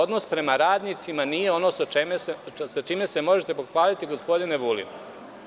Odnos prema radnicima nije ono sa čime se možete pohvaliti gospodine Vulin.